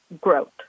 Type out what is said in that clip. growth